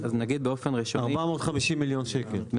450 מיליון שקלים.